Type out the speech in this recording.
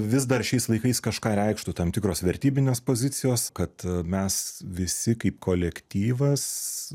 vis dar šiais laikais kažką reikštų tam tikros vertybinės pozicijos kad mes visi kaip kolektyvas